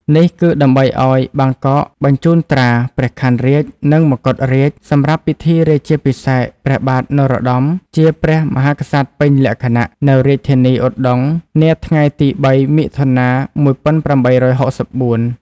នេះគឺដើម្បីឱ្យ បាងកកបញ្ជូនត្រា ព្រះខ័នរាជ្យ និងមកុដរាជ្យ សម្រាប់ពិធីរាជាភិសេកព្រះបាទនរោត្តម ជាព្រះ មហាក្សត្រពេញលក្ខណៈ នៅរាជធានីឧដុង្គនាថ្ងៃទី៣ មិថុនា ១៨៦៤។